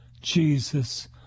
Jesus